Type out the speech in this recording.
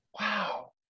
Wow